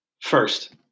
first